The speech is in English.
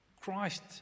christ